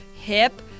hip